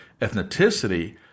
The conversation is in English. ethnicity